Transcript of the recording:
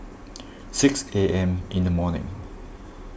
six A M in the morning